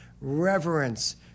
reverence